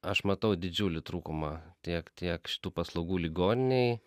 aš matau didžiulį trūkumą tiek tiek šitų paslaugų ligoninėj